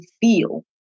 feel